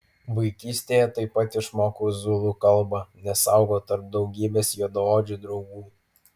vaikystėje taip pat išmokau zulų kalbą nes augau tarp daugybės juodaodžių draugų